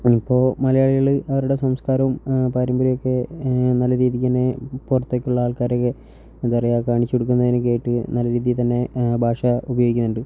ഇപ്പോൾ മലയാളികൾ അവരുടെ സംസ്കാരവും പാരമ്പര്യവുമൊക്കെ നല്ല രീതിക്കുതന്നെ പുറത്തേക്കുള്ള ആൾക്കാരൊക്കെ എന്താ പറയുക കാണിച്ചു കൊടുക്കുന്നതിനൊക്കെ ആയിട്ട് നല്ല രീതിയിൽതന്നെ ഭാഷ ഉപയോഗിക്കുന്നുണ്ട്